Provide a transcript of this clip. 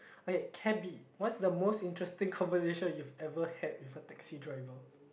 okay cabby what's the most interesting conversation you've ever had with a taxi driver